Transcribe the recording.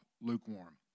lukewarm